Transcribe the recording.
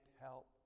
help